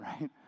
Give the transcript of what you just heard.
right